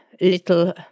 little